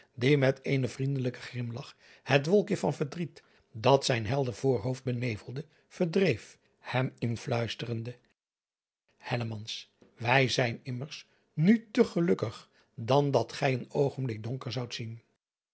die met eenen vriendelijken grimlach het wolkje van verdriet dat zijn helder voorhoofd benevelde verdreef hem influisterende wij zijn immers nu te gelukkig dan dat gij een oogenblik donker zoudt zien